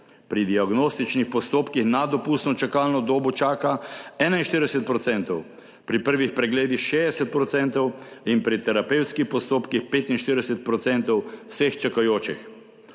Pri diagnostičnih postopkih nad dopustno čakalno dobo čaka 41 %, pri prvih pregledih 60 % in pri terapevtskih postopkih 45 % vseh čakajočih.